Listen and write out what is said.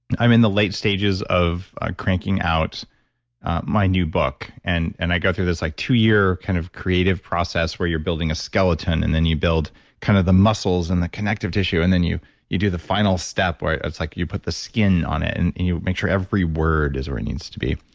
i'm in the late stages of ah cranking out my new book, and and i go through this like two-year kind of creative process where you're building a skeleton. and then you build kind of the muscles and the connective tissue, and then you you do the final step where it's like you put the skin on it, and and you make sure every word is where it needs to be.